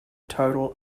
total